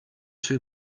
too